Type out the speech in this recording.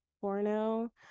porno